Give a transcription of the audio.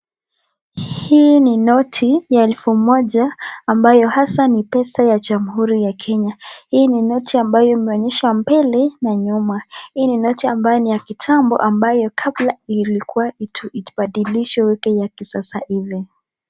Hii ni noti ya elfu moja ambayo hasa ni pesa ya Jamhuri ya Kenya. Hii ni noti ambayo imeonyesha mbele na nyuma. Hii ni noti ambayo ni ya kitambo ambayo kabla ilikuwa ibadilishwe iwekwe ya kisasa ile.